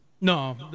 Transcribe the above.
No